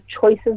choices